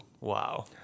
Wow